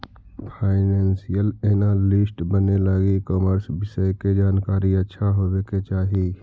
financial analyst बने लगी commerce विषय के जानकारी अच्छा होवे के चाही